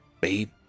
Babe